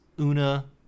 una